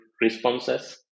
responses